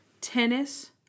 Tennis